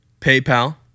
PayPal